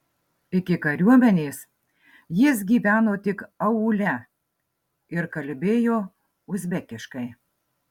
iki kariuomenės jis gyveno tik aūle ir kalbėjo uzbekiškai